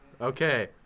Okay